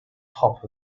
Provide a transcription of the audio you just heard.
top